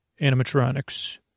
animatronics